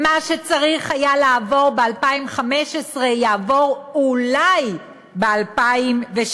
מה שצריך היה לעבור ב-2015 יעבור אולי ב-2016.